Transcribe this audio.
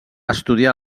estudiar